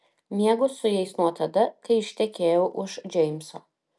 miegu su jais nuo tada kai ištekėjau už džeimso